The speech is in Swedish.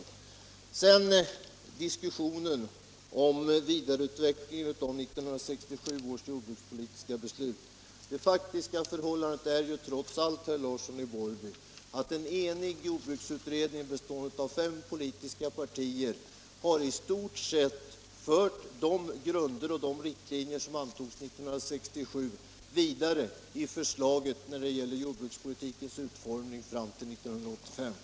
I vad sedan gäller diskussionen om vidareutveckling av 1967 års jordbrukspolitiska beslut är ju det faktiska förhållandet trots allt, att en enig jordbruksutredning bestående av representanter för fem politiska partier i förslaget om jordbrukspolitikens utformning fram till 1985 i stort sett har fört vidare de grunder och riktlinjer som antogs år 1967.